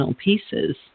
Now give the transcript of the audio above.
pieces